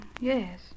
Yes